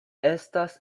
estas